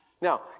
Now